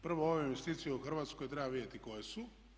Prvo, ove investicije u Hrvatskoj treba vidjeti koje su.